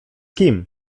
kim